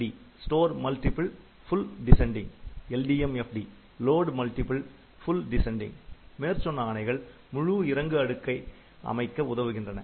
STMFD store multiple full descending LDMFD load multiple full descending மேற்சொன்ன ஆணைகள் முழு இறங்கு அடுக்கை அமைக்க உதவுகின்றன